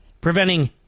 preventing